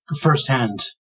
first-hand